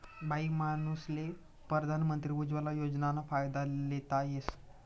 बाईमानूसले परधान मंत्री उज्वला योजनाना फायदा लेता येस